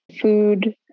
food